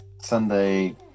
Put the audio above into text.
Sunday